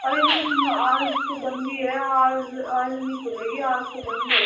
अरे मैम आज तो बंद ही है आज आज नहीं खुलेगी आज तो बंद है